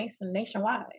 nationwide